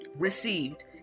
Received